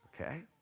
okay